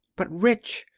but rich!